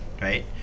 right